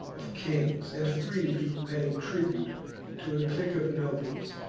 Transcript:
of kings and free people paying tribute to a clique of nobles,